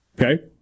Okay